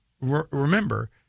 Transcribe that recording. remember